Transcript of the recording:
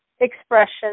expression